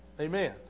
Amen